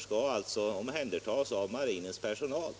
skall omhändertas av marin personal.